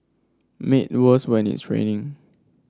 made worse when it's raining